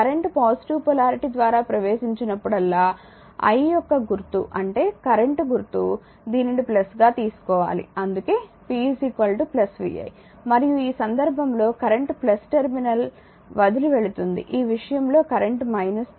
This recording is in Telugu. కరెంట్ పాజిటివ్ పొలారిటీ ద్వారా ప్రవేశించినప్పుడల్లా i యొక్క గుర్తు అంటే కరెంట్ గుర్తు దీనిని గా తీసుకోవాలి అందుకే p vi మరియు ఈ సందర్భంలో కరెంట్ టెర్మినల్ వదిలి వెళుతుంది ఈ విషయంలో కరెంట్ తీసుకోవాలి